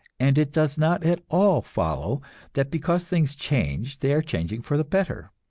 and it does not at all follow that because things change they are changing for the better.